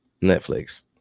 Netflix